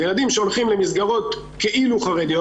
אלו ילדים שהולכים למסגרות כאילו חרדיות,